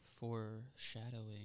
Foreshadowing